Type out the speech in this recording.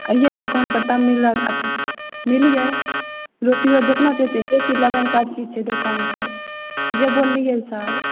अइये दोकान पर तब मिलत मिलियै रोटियो जेतना जे चीज लेबै ने सबचीज छै दोकान पर जे बोललियै सब